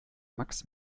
max